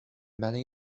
many